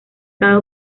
cada